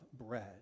bread